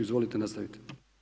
Izvolite nastavite.